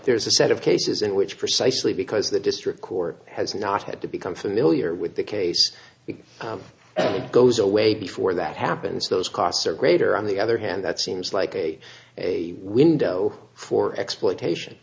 there's a set of cases in which precisely because the district court has not had to become familiar with the case he goes away before that happens those costs are greater on the other hand that seems like a a window for exploitation